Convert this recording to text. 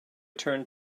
turned